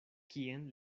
kien